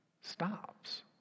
stops